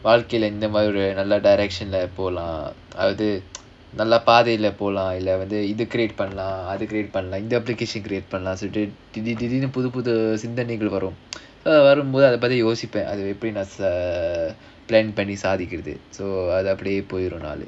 வாழ்க்கைல இந்த மாதிரி நல்ல:vaalkaila indha maadhiri nalla direction leh போலாம் அது நல்ல பாதைல போலாம் இல்ல வந்து இது பண்ணலாம்:polaam adhu nalla paadhaila polaam illa vandhu idhu pannalaam lah திடீர் திடீர்னு புது புது சிந்தனைகள் வரும்போது அத பத்தி யோசிப்பேன்:thideer thideernu pudhu pudhu sindhanaigal varumpothu adha pathi yosippaen so அது அப்டியே போய்டும் நாளு:adhu apdiyae poyidum naalu